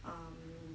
um